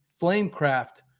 Flamecraft